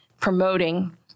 promoting